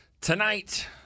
Tonight